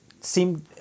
seem